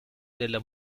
della